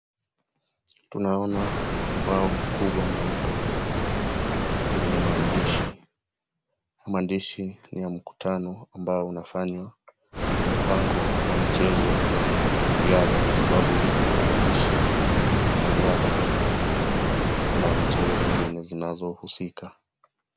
Tunaona ubao mkubwa mweupe, lenye maandishi ama ndishi ni ya mkutano ambao unafanywa, mpango wa mchezo ya riadha kwa sababu kuna maandishi ya riadha na michezo zingine zinazohusika.